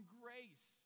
grace